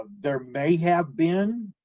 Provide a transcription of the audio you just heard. there may have been.